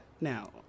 now